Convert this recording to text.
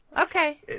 Okay